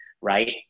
right